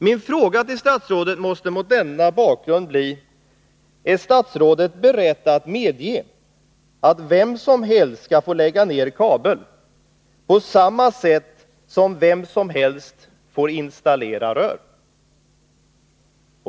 Min fråga till statsrådet måste mot denna bakgrund bli: Är statsrådet beredd att medge att vem som helst skall få lägga ned kabel, på samma sätt som vem som helst får installera rör?